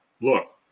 look